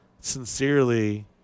sincerely